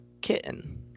kitten